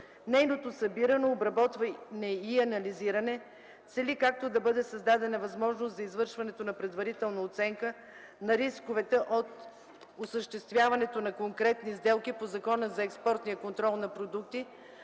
Нейното събиране, обработване и анализиране цели както да бъде създадена възможност за извършването на предварителна оценка на рисковете от осъществяването на конкретни сделки по Закона за експортния контрол на продукти,